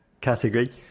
category